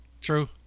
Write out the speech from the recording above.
True